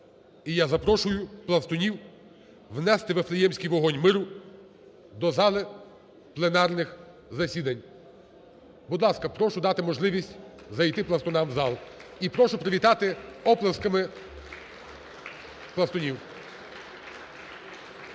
І я запрошую пластунів внести Вифлеємський вогонь миру до зали пленарних засідань. Будь ласка, прошу дати можливість зайти пластунам в зал. І прошу привітати оплесками пластунів. (Оплески)